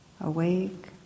Awake